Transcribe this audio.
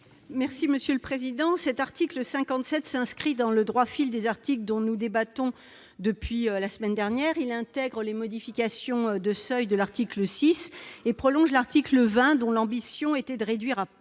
est à Mme Laurence Cohen. Cet article 57 s'inscrit dans le droit fil des articles dont nous débattons depuis la semaine dernière. Il intègre les modifications de seuils de l'article 6 et prolonge l'article 20, dont l'ambition était de réduire comme une